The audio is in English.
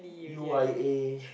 U_I_A